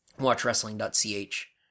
watchwrestling.ch